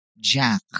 Jack